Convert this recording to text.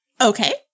Okay